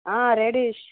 आ reddish